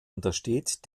untersteht